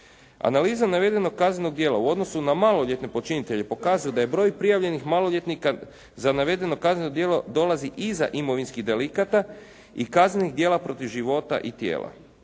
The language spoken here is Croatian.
Analizom navedenog kaznenog djela u odnosu na maloljetne počinitelje pokazuje da je broj prijavljenih maloljetnika za navedeno kazneno djelo dolazi iza imovinskih delikata i kaznenih djela protiv života i tijela.